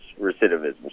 recidivism